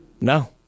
No